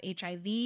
HIV